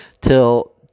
Till